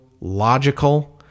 logical